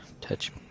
Touch